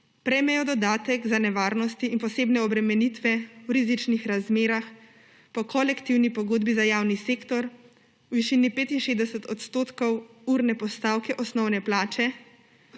prejmejo dodatek za nevarnosti in posebne obremenitve v rizičnih razmerah po kolektivni pogodbi za javni sektor v višini 65 % urne postavke osnovne plače,